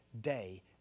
day